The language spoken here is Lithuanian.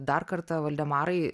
dar kartą valdemarai